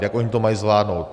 Jak to mají zvládnout?